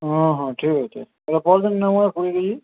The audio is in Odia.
ହଁ ହଁ ଠିକ୍ ଅଛେ ତାହେଲେ ପର୍ଦିନ ନେମା କୁଡ଼ିଏ କେଜି